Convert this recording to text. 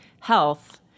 health